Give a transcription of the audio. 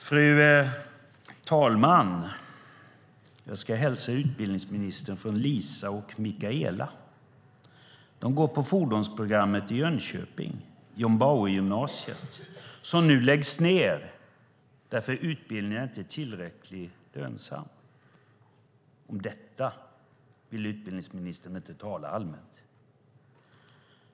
Fru talman! Jag ska hälsa utbildningsministern från Lisa och Mikaela. De går på fordonsprogrammet på John Bauergymnasiet i Jönköping. Det läggs ned nu eftersom utbildningen inte är tillräckligt lönsam. Om detta vill utbildningsministern inte tala allmänt.